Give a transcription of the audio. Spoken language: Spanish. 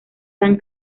dan